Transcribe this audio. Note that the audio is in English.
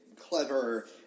clever